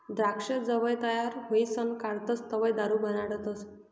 द्राक्ष जवंय तयार व्हयीसन काढतस तवंय दारू बनाडतस